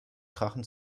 krachend